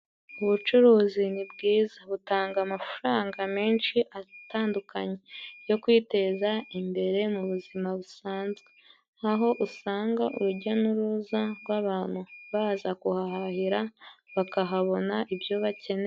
Ubucuruzi ni bwiza butanga amafaranga menshi atandukanye yo kwiteza imbere mu buzima busanzwe, aho usanga urujya n'uruza rw'abantu baza kuhahahira, bakahabona ibyo bakeneye.